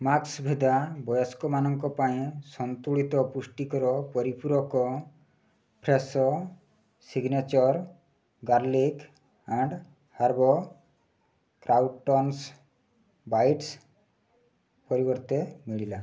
ମ୍ୟାକ୍ସଭିଦା ବୟସ୍କମାନଙ୍କ ପାଇଁ ସନ୍ତୁଳିତ ପୁଷ୍ଟିକର ପରିପୂରକ Fresho signature garlic and herb croutons bites ପରିବର୍ତ୍ତେ ମିଳିଲା